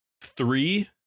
Three